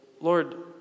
Lord